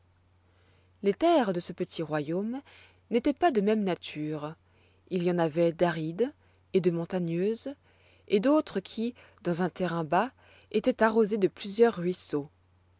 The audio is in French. les terres de ce petit royaume n'étoient pas de même nature il y en avoit d'arides et de montagneuses et d'autres qui dans un terrain bas étoient arrosées de plusieurs ruisseaux